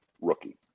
rookie